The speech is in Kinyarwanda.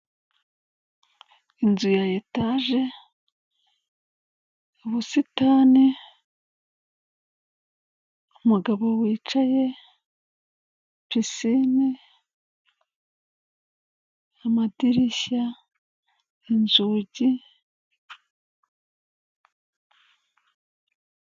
Inzu ya etaje, ubusitani, umugabo wicaye, pisine, amadirishya, inzugi.